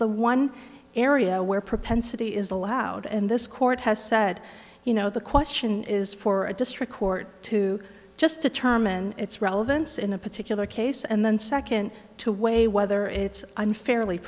the one area where propensity is allowed and this court has said you know the question is for a district court to just determine its relevance in a particular case and then second to weigh whether it's unfairly